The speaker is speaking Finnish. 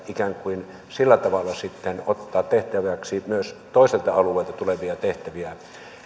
asiaan ikään kuin sillä tavalla sitten ottaa tehtäväksi myös toiselta alueelta tulevia tehtäviä